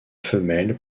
femelle